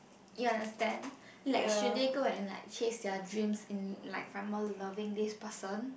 you understand like should they go and like chase their dreams and like loving this person